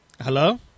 hello